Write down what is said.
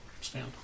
stand